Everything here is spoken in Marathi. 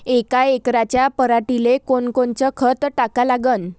यका एकराच्या पराटीले कोनकोनचं खत टाका लागन?